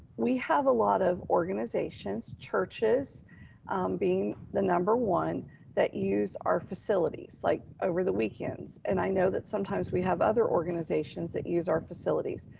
we have a lot of organizations, churches being the number one that use our facilities like over the weekends. and i know that sometimes we have other organizations that use our facilities.